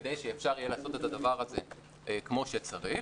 כדי שאפשר יהיה לעשות את הדבר הזה כמו שצריך.